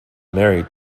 married